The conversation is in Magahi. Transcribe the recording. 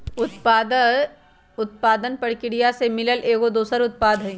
उपोत्पाद उत्पादन परकिरिया से मिलल एगो दोसर उत्पाद हई